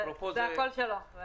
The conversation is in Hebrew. זה הקול שלו.